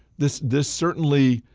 this this certainly,